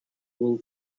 will